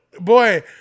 Boy